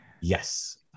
Yes